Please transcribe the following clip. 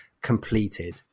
completed